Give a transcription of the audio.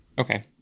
Okay